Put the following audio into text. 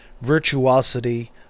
virtuosity